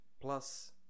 Plus